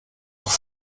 auch